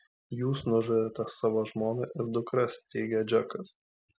jūs nužudėte savo žmoną ir dukras teigia džekas